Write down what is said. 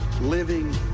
living